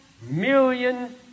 million